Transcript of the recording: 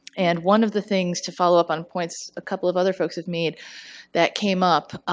and one of the things to follow up on, points a couple of other folks have made that came up,